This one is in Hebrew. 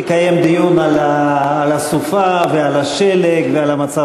תקיים דיון על הסופה ועל השלג ועל המצב